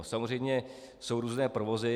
Samozřejmě jsou různé provozy.